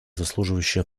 заслуживающее